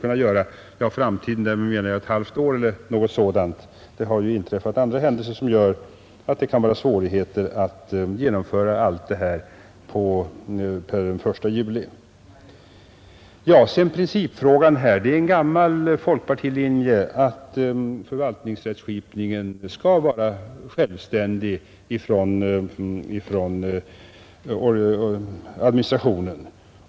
Utskottet har ju utgått ifrån att man skulle kunna göra det. Det har ju inträffat andra händelser som gör att det kan vara svårt att genomföra allt detta till den 1 juli. I principfrågan är det en gammal folkpartilinje att förvaltningsrättskipningen skall vara självständig ifrån administrationen.